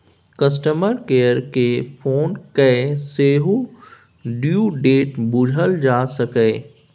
customer care केँ phone कए सेहो ड्यु डेट बुझल जा सकैए